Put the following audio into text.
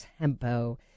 tempo